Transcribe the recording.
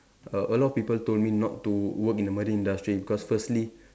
err a lot of people told me not to work in the marine industry because firstly